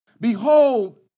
Behold